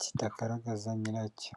kitagaragaza nyiracyo.